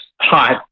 hot